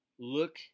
Look